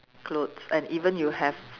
clothes and even you have